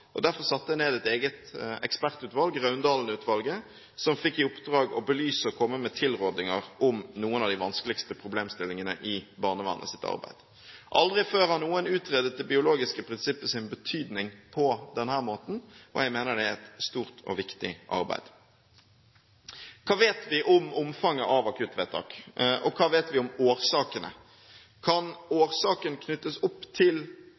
Derfor satte jeg ned et eget ekspertutvalg, Raundalen-utvalget, som fikk i oppdrag å belyse og komme med tilrådinger om noen av de vanskeligste problemstillingene i barnevernets arbeid. Aldri før har noen utredet det biologiske prinsippets betydning på denne måten. Jeg mener det er et stort og viktig arbeid. Hva vet vi om omfanget av akuttvedtak? Og hva vet vi om årsakene? Kan årsaken knyttes opp til